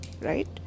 right